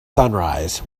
sunrise